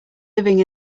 living